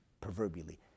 proverbially